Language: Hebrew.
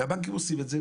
והבנקים עושים את זה,